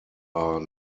are